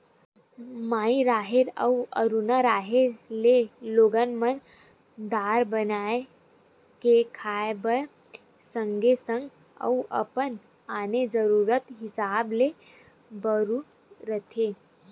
माई राहेर अउ हरूना राहेर ल लोगन मन दार बना के खाय बर सगे संग अउ अपन आने जरुरत हिसाब ले बउरथे